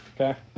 Okay